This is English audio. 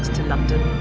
to london